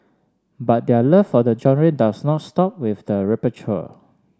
but their love for the genre does not stop with the repertoire